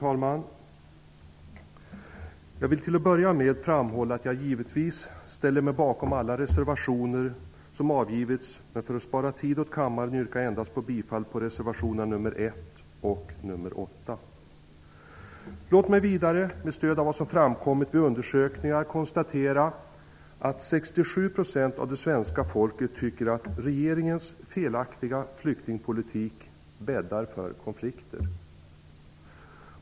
Fru talman! Till att börja med vill jag framhålla att jag givetvis ställer mig bakom alla reservationer som avgivits. Men för att spara tid åt kammaren yrkar jag bifall endast till reservationerna nr 1 och Låt mig vidare, med stöd av vad som har framkommit vid undersökningar, konstatera att 67 % av det svenska folket tycker att regeringens felaktiga flyktingpolitik bäddar för konflikter!